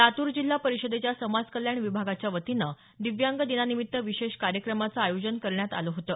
लातूर जिल्हा परिषदेच्या समाज कल्याण विभागाच्या वतीनं दिव्यांग दिनानिमित्त विशेष कार्यक्रमाचं आयोजन करण्यात आलं होतं